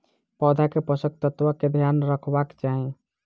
पौधा के पोषक तत्व के ध्यान रखवाक चाही